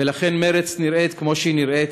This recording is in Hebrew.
ולכן מרצ נראית כמו שהיא נראית,